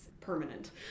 permanent